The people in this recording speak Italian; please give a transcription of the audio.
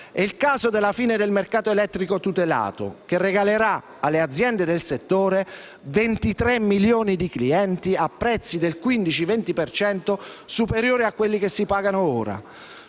È il caso della fine del mercato elettrico tutelato che regalerà alle aziende del settore 23 milioni di clienti a prezzi del 15-20 per cento superiori a quelli che si pagano ora.